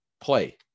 play